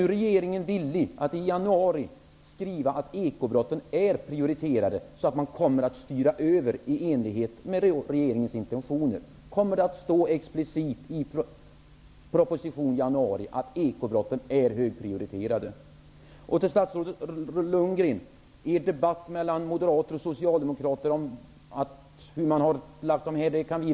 Är regeringen villig att i januari skriva att ekobrotten är prioriterade, så att resurser styrs över i enlighet med regeringens intentioner? Kommer det att stå explicit i budgetpropositionen i januari att ekobrotten är högprioriterade? Vänsterpartiet kan inte ha synpunkter på debatten mellan moderater och socialdemokrater.